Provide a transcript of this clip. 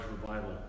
revival